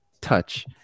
touch